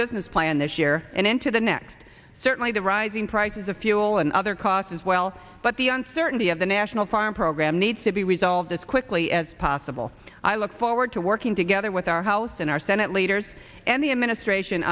business plan this year and into the next certainly the rising prices of fuel and other costs as well but the uncertainty of the national farm program needs to be resolved as quickly as possible i look forward to working together with our house and our senate leaders and the administration